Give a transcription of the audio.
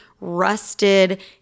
rusted